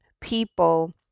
people